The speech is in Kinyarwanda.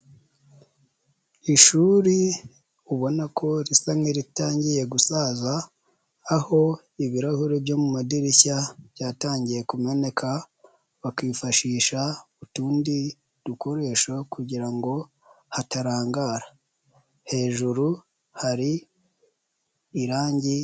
Ishuri ubona ko risa nk'iritangiye gusaza aho ibirahuri byo mu madirishya byatangiye kumeneka bakifashisha utundi dukoresho kugira ngo hatarangara. Hejuru hari irangi.